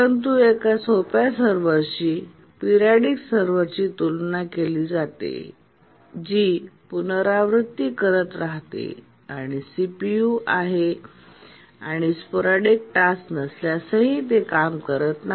परंतु एका सोप्या सर्व्हरशी पीरियड सर्व्हरची तुलना केली जाते जी पुनरावृत्ती करत राहते आणि सीपीयू आहे आणि स्पोरॅडीक टास्क नसल्यासही ते काम करत नाही